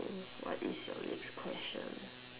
hmm what is your next question